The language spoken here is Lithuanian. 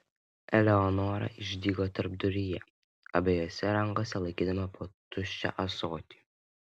eleonora išdygo tarpduryje abiejose rankose laikydama po tuščią ąsotį